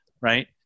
right